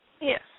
yes